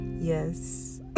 Yes